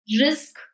risk